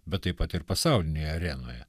bet taip pat ir pasaulinėj arenoje